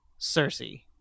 Cersei